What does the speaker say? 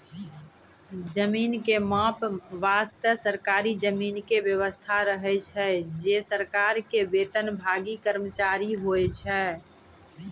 जमीन के माप वास्तॅ सरकारी अमीन के व्यवस्था रहै छै जे सरकार के वेतनभागी कर्मचारी होय छै